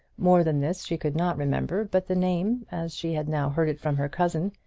more than this she could not remember but the name, as she had now heard it from her cousin,